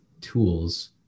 tools